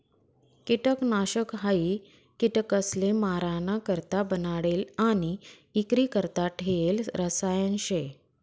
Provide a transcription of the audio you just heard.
किटकनाशक हायी किटकसले माराणा करता बनाडेल आणि इक्रीकरता ठेयेल रसायन शे